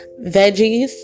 veggies